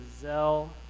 gazelle